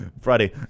Friday